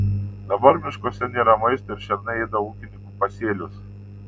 dabar miškuose nėra maisto ir šernai ėda ūkininkų pasėlius